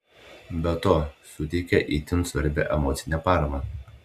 be to suteikia itin svarbią emocinę paramą